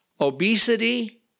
obesity